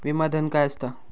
विमा धन काय असता?